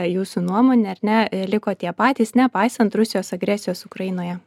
jūsų nuomone ar ne liko tie patys nepaisant rusijos agresijos ukrainoje